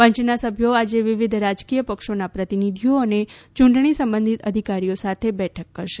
પંચના સભ્યો આજે વિવિધ રાજકીય પક્ષોના પ્રતિનિધિઓ અને યૂંટણી સંબંધિત અધિકારીઓ સાથે આજે બેઠક કરશે